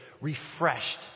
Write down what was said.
refreshed